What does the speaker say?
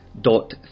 dot